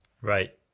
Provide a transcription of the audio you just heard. Right